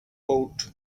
boat